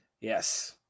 Yes